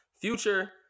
Future